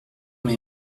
mes